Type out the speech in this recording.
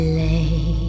lay